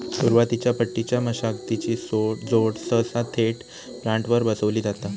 सुरुवातीच्या पट्टीच्या मशागतीची जोड सहसा थेट प्लांटरवर बसवली जाता